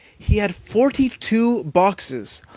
he had forty-two boxes,